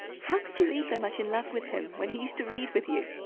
how could you be so much in love with him when he used to read with you?